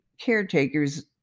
caretakers